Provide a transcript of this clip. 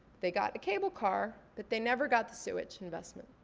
they got the cable car but they never got the sewage investment.